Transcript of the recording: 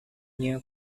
new